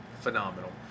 Phenomenal